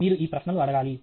మీరు ఈ ప్రశ్నలు అడగాలి